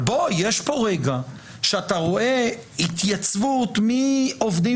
אבל בוא יש פה רגע שאתה רואה התייצבות מעובדים